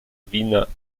wiener